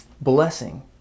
blessing